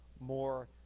more